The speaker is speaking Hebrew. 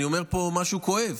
אני אומר פה משהו כואב.